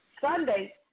Sunday